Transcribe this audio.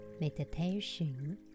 meditation